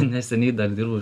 neseniai dar dirbu